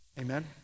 Amen